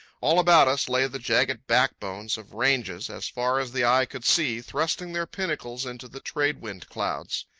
all about us lay the jagged back-bones of ranges, as far as the eye could see, thrusting their pinnacles into the trade-wind clouds.